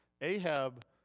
Ahab